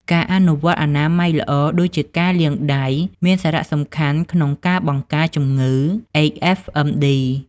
ការអនុវត្តអនាម័យល្អ ដូចជាការលាងដៃ មានសារៈសំខាន់ក្នុងការបង្ការជំងឺ HFMD ។